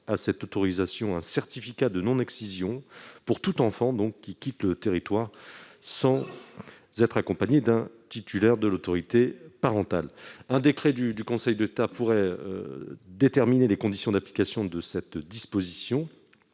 à cette autorisation un certificat de non-excision pour tout enfant qui quitte le territoire sans être accompagné d'un titulaire de l'autorité parentale. Un décret du Conseil d'État pourrait déterminer les conditions d'application de cette disposition.